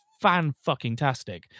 fan-fucking-tastic